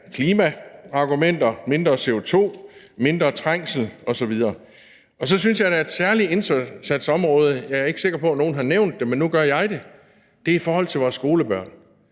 klimaargumenter om mindre CO2, mindre trængsel osv. Så synes jeg, der er et særligt indsatsområde, som jeg ikke er sikker på nogen har nævnt, men nu gør jeg det, og det handler om vores skolebørn.